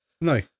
No